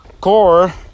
core